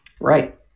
Right